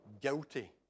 guilty